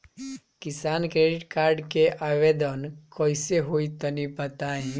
किसान credit card के आवेदन कईसे होई तनि बताई?